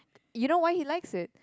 you know why he likes it